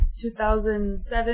2007